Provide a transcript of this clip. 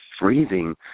freezing